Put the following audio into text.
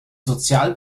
sozial